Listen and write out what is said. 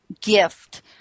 gift